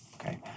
Okay